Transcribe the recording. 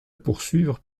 poursuivre